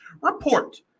Report